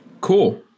Cool